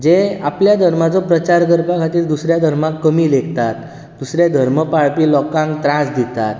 जे आपल्या धर्माचो प्रचार करपा खातीर दुसऱ्या धर्माक कमी लेखतात दुसरे धर्म पाळपी लोकांक त्रास दितात